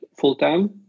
full-time